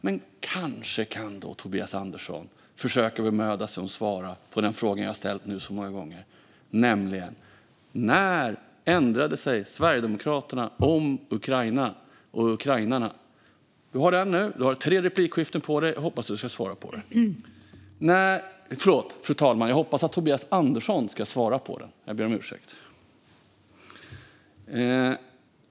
Men kanske kan då Tobias Andersson försöka bemöda sig om att svara på den fråga som jag ställt nu så många gånger, nämligen: När ändrade sig Sverigedemokraterna om Ukraina och ukrainarna? Du har tre inlägg på dig, och jag hoppas att du ska besvara frågan. Förlåt, fru talman! Jag hoppas att Tobias Andersson ska besvara den. Jag ber om ursäkt.